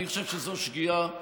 אני חושב שזו שגיאה,